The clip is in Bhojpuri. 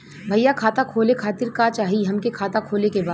भईया खाता खोले खातिर का चाही हमके खाता खोले के बा?